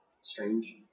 strange